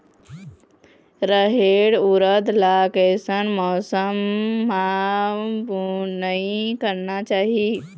रहेर उरद ला कैसन मौसम मा बुनई करना चाही?